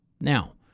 Now